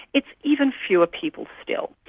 it's even fewer people still.